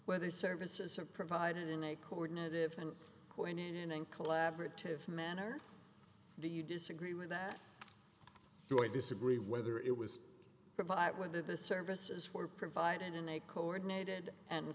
whether services are provided in a coordinated and pointed in an collaborative manner do you disagree with that do i disagree whether it was provided whether the services were provided in a coordinated and